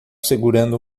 segurando